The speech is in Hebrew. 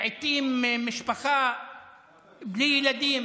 לעיתים משפחה בלי ילדים,